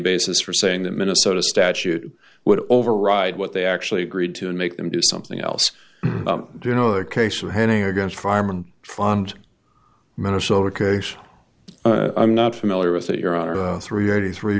basis for saying that minnesota statute would override what they actually agreed to make them do something else you know a case of hanging against firemen fund minnesota case i'm not familiar with that you're on a three eighty three